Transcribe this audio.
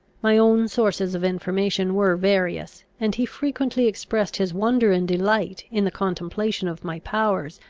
my own sources of information were various and he frequently expressed his wonder and delight in the contemplation of my powers,